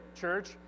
church